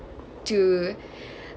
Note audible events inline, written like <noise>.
to <breath>